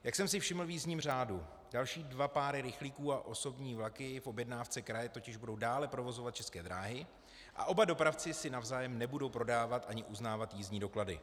Jak jsem si všiml v jízdním řádu, další dva páry rychlíků a osobní vlaky v objednávce kraje totiž dále budou provozovat České dráhy a oba dopravci si navzájem nebudou prodávat ani uznávat jízdní doklady.